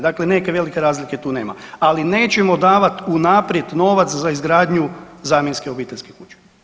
Dakle, neke velike razlike tu nema, ali nećemo davati unaprijed novac za izgradnju zamjenske obiteljske kuće.